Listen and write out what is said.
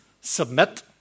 submit